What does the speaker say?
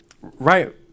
Right